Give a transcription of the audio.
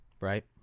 right